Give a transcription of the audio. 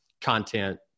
content